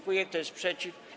Kto jest przeciw?